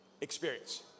experience